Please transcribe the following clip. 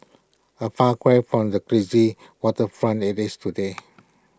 A far cry from the glitzy waterfront IT is today